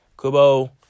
Kubo